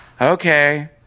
Okay